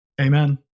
Amen